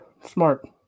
smart